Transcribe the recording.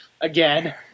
again